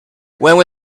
will